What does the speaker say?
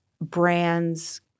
brands